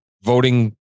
voting